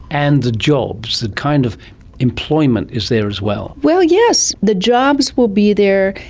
and the jobs, the kind of employment is there as well. well yes, the jobs will be there,